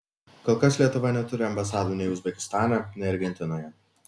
kol kas lietuva neturi ambasadų nei uzbekistane nei argentinoje